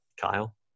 Kyle